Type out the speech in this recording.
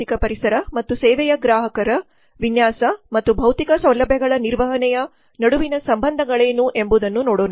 ಭೌತಿಕ ಪರಿಸರ ಮತ್ತು ಸೇವೆಯ ಗ್ರಾಹಕರು ವಿನ್ಯಾಸ ಮತ್ತು ಭೌತಿಕ ಸೌಲಭ್ಯಗಳ ನಿರ್ವಹಣೆಯ ನಡುವಿನ ಸಂಬಂಧಗಳೇನು ಎಂಬುದನ್ನು ನೋಡೋಣ